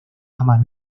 jamás